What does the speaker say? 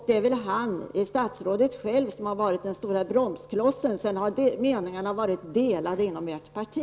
Det är statsrådet som har varit den stora bromsklossen, och meningarna delade inom ert parti.